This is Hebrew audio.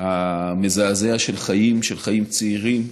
המזעזע של חיים, של חיים צעירים,